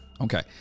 Okay